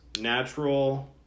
natural